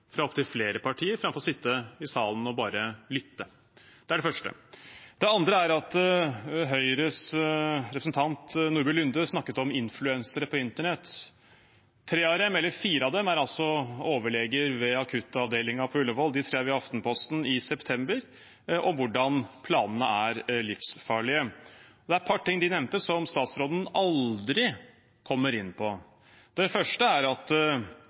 fra opptil flere partier, framfor å sitte i salen og bare lytte. – Det er det første. Det andre er at Høyres representant Nordby Lunde snakket om influensere på internett. Fire av dem er overleger ved akuttavdelingen på Ullevål. De skrev i Aftenposten i september om hvordan planene er livsfarlige. Det er et par ting de nevnte som statsråden aldri kommer inn på. Det første er at